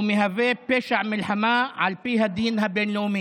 ומהווה פשע מלחמה על פי הדין הבין-לאומי.